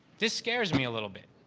this scares me a little bit.